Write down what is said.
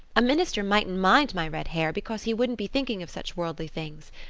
a minister mightn't mind my red hair because he wouldn't be thinking of such worldly things.